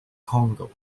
congo